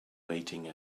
waiting